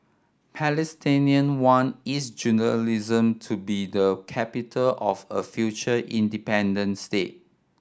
palestinians want East Jerusalem to be the capital of a future independent state